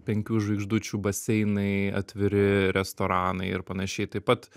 penkių žvaigždučių baseinai atviri restoranai ir panašiai taip pat